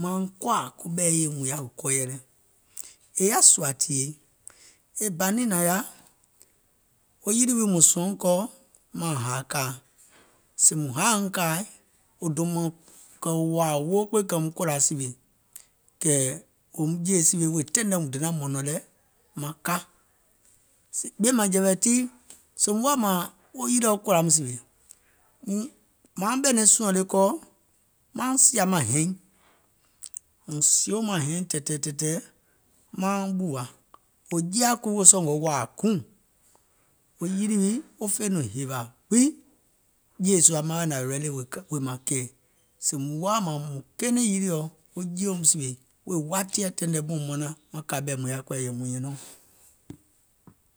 mauŋ koȧ koɓɛ̀i yèi mùŋ yaà kɔɔyɛ lɛ̀, è yaȧ sùȧ tìyèi, e bȧ niŋ nàŋ yaȧ, wo yilì wii mùŋ sùɔɔ̀ŋ kɔɔ mauŋ hȧȧ kȧa, sèè mùŋ haȧiŋ kȧaì, wò dòùm mȧŋ, kɛ̀ wò wòȧ, wò woo kpeiŋ kɛ̀ wòum kòlà sìwè, kɛ̀ wòum jèè sìwè wèè taìŋ nɛ mùŋ donȧŋ mɔ̀nɔ̀ŋ lɛ, maŋ ka. Ɓìèmȧŋjɛ̀wɛ̀ tii sèèùm woȧ mȧȧŋ wo yilìɔ kòlȧum sìwè mȧuŋ ɓɛ̀nɛ̀ŋ sùȧŋ le kɔɔ mauŋ sìȧ maŋ hɛiŋ, mùŋ sìèuŋ maŋ hɛiŋ tɛ̀ɛ̀tɛ̀ɛ̀ mauŋ ɓùwà, wò jeeȧ kuii wèè sɔ̀ngɔ̀ wȧȧ guùŋ, wo yilì wii wo fè nɔŋ hèwȧ gbiŋ, jèèsùȧ maŋ wa nȧwèè ready wèè maŋ kɛɛ̀, sèèùm woȧ mȧȧŋ mùŋ kɛɛnɛ̀ŋ yiliɔ̀ wo jeèum sìwè wèè watiɛ̀ taìŋ nɛ muȧŋ mùŋ manaŋ maŋ kȧ ɓɛ̀i mùŋ yaȧ kɔɔyɛ lɛ̀ yɛ̀ì mùŋ nyɛ̀nɛùŋ.